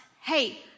hey